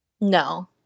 No